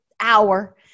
hour